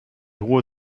hohe